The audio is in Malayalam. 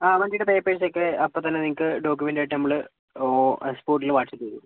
ആ വണ്ടിയുടെ പേപ്പേഴ്സ് ഒക്കെ അപ്പം തന്നെ നിങ്ങൾക്ക് ഡോക്യൂമെൻറ് ആയിട്ട് നമ്മൾ ഓ സ്പോട്ടിൽ വാട്സപ്പ് ചെയ്തു തരും